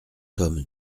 tome